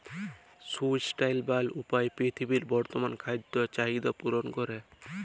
sustainable উপায়ে পীরথিবীর বর্তমাল খাদ্য চাহিদ্যা পূরল ক্যরে